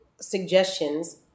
suggestions